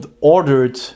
ordered